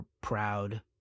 proud